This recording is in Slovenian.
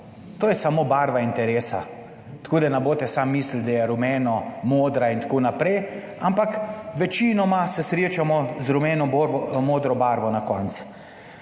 to je samo barva interesa, tako da ne boste samo mislili, da je rumeno modra in tako naprej, ampak večinoma se srečamo z rumeno barvo modro barvo na koncu.